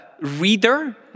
reader